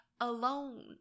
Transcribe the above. alone